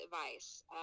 advice